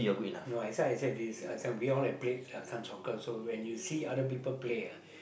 no that's why I say this I say we all have play some soccer so when you see other people play ah